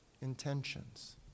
intentions